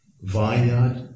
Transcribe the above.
vineyard